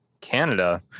canada